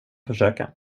försöka